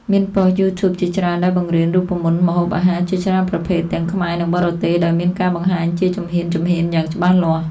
មានប៉ុស្តិ៍ YouTube ជាច្រើនដែលបង្រៀនរូបមន្តម្ហូបអាហារជាច្រើនប្រភេទ ទាំងខ្មែរ និងបរទេស ដោយមានការបង្ហាញជាជំហានៗយ៉ាងច្បាស់លាស់។